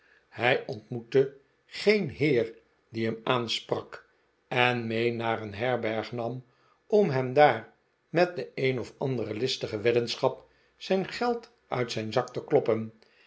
hij ontmoette geen heer die hem aansprak en mee haar een herberg nam om hem daar met de een of andere listige weddenschap zijn geld uit zijn zak te kloppen